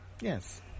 Yes